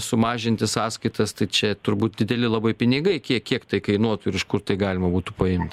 sumažinti sąskaitas tai čia turbūt dideli labai pinigai kiek kiek tai kainuotų ir iš kur tai galima būtų paimt